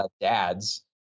dads